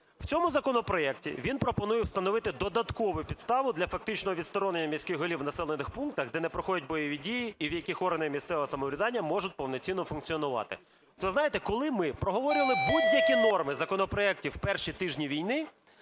в цьому законопроекті він пропонує встановити додаткову підставу для фактичного відсторонення міських голів у населених пунктах, де не проходять бойові дії і в яких органи місцевого самоврядування можуть повноцінно функціонувати. Ви знаєте, коли ми проговорили будь-які норми законопроектів у перші тижні війни,